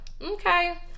Okay